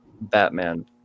Batman